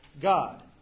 God